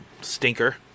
stinker